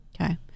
Okay